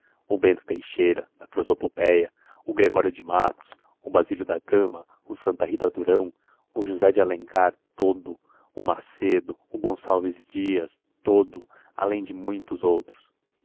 o bento teixeira da prosopopéia o gregório de matos o basílio da gama o santa rita durão o josé de alencar todo o macedo o gonçalves dias todo além de muitos outros